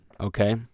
okay